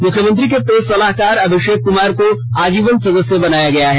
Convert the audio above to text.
मुख्यमंत्री के प्रेस सलाहकार अभिषेक कुमार को आजीवन सदस्य बनाया गया है